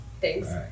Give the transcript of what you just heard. Thanks